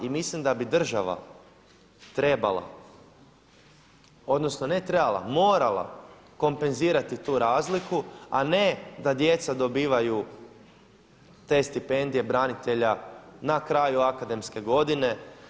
I mislim da bi država trebala, odnosno ne trebala, morala kompenzirati tu razliku a ne da djeca dobivaju te stipendije branitelja na kraju akademske godine.